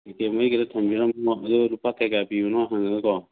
ticket ꯃꯔꯤ ꯈꯛꯇ ꯊꯝꯕꯤꯔꯝꯃꯣ ꯑꯗꯨꯒ ꯂꯨꯄꯥ ꯀꯌꯥ ꯀꯌꯥ ꯄꯤꯕꯅꯣ ꯍꯪꯉꯒꯀꯣ